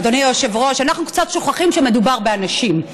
אדוני היושב-ראש, אנחנו קצת שוכחים שמדובר באנשים.